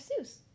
Seuss